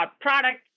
product